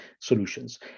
solutions